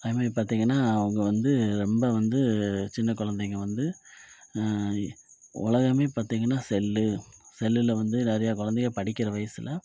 அதுமாரி பார்த்தீங்கனா அவங்க வந்து ரொம்ப வந்து சின்ன குழந்தைக வந்து உலகமே பார்த்தீங்கனா செல் செல்லில் வந்து நிறையா குழந்தைங்க படிக்கிற வயசில்